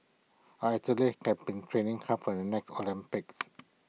our athletes have been training hard for the next Olympics